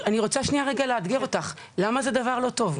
אני רוצה רגע לאתגר אותך, למה זה דבר לא טוב?